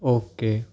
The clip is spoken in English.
okay